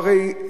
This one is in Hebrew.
הרי,